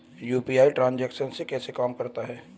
UPI transaction कैसे काम करता है?